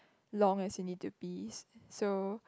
long as you need to piss so